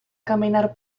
caminar